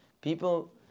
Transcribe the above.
people